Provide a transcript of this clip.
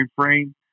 frame